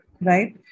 right